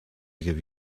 give